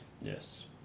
yes